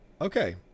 okay